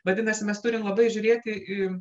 vadinasi mes turim labai žiūrėti į